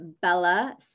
Bella